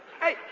hey